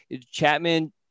Chapman